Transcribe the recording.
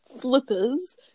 flippers